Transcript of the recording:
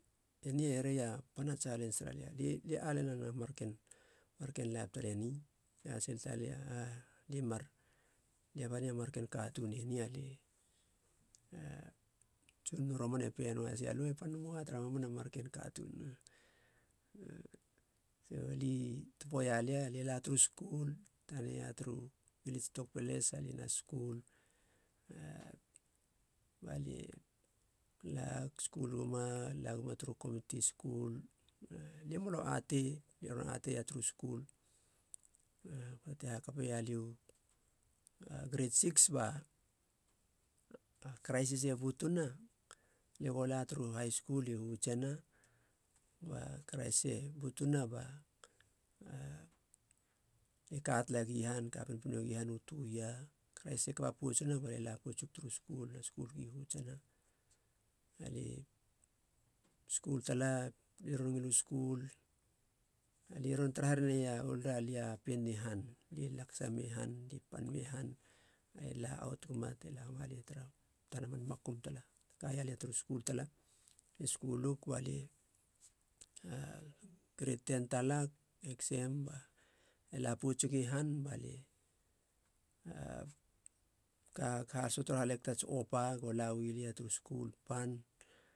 Enie hereia pana tsalens tara lia li lie alena na marken marken laip tare ni lie ate sil sa lia ali mar lia banei marken katuun eni, ali a tsunono romane pe noahasi aloe pan moa tara mamana marken katuun. so li ti topo ialia li la turu skul tania ia turu vilits tokpeles alie na skul balie lag skul guma laguma turu komiti skul lie molo atei lie ron atei ia turu skul. A poata ti hakapeia liu gret six ba a kraisis e butuna lie go la turu halskul i hutsena ba kraisis e butuna ba lie ka talagi han ka pinpino gi han u tou yia kraisis e kapa poutsina balie la poutsig turu skul na skul gi hutsena ali skul tala lie ron ngilu skul alie ron tara hereneia ouluralia lia pien ni han lie lakasa me han lie pan me han la aut guma te lama lia tara tana man makum tala kaia lia turu skul tala lie skulug balie gret ten talag eksem bale la poutsigi han balie kag haloso trohaleg tats opa go lauilia turu skul pan